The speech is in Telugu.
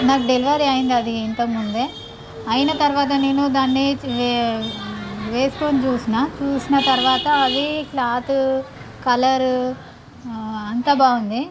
నాకు డెలివరీ అయింది అది ఇంతకముందే అయిన తరువాత నేను దాన్ని వేసుకొని చూసిన చూసిన తరువాత అది క్లాత్ కలర్ అంతా బాగుంది